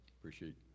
appreciate